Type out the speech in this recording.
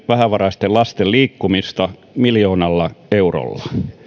vähävaraisten lasten liikkumista miljoonalla eurolla